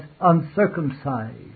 uncircumcised